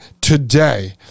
today